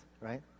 right